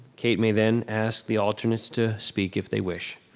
kate may then ask the alternates to speak if they wish.